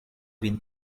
vin